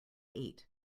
eight